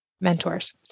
mentors